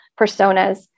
personas